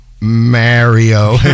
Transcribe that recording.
Mario